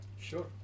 Sure